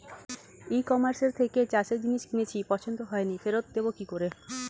ই কমার্সের থেকে চাষের জিনিস কিনেছি পছন্দ হয়নি ফেরত দেব কী করে?